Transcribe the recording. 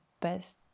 best